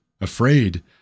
afraid